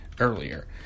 earlier